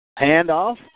handoff